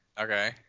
Okay